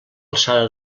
alçada